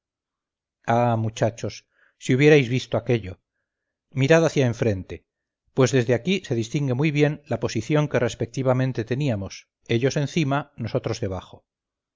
muchachos si hubierais visto aquello mirad hacia enfrente pues desde aquí se distingue muy bien la posición que respectivamente teníamos ellos encima nosotros debajo